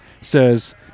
says